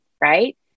Right